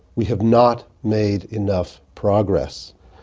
we have not made enough progress.